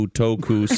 toku